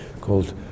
called